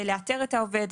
לאתר את העובד,